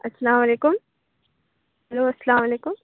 السّلام علیکم ہیلو السّلام علیکم